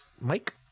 Mike